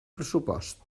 pressupost